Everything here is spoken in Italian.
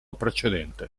precedente